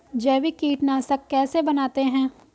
जैविक कीटनाशक कैसे बनाते हैं?